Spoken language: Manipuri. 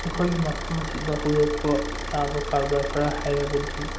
ꯑꯩꯈꯣꯏꯒꯤ ꯃꯐꯝ ꯑꯁꯤꯗ ꯍꯧꯗꯣꯛꯄ ꯌꯥꯕ ꯀꯔꯕꯥꯔ ꯈꯔ ꯍꯥꯏꯔꯕꯗꯤ